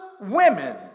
women